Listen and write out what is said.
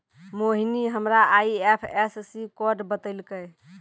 मोहिनी हमरा IFSC code बतैलकै